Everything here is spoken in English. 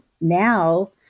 now